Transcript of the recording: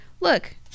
look